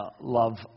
love